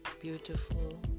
beautiful